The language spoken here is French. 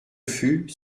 fut